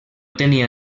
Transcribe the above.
tenia